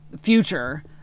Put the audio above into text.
future